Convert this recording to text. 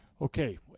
Okay